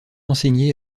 enseigné